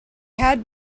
had